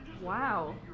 Wow